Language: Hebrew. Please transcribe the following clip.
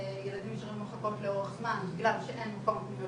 ילדים נשארים לחכות לאורך זמן בגלל שאין מקום בפנימיות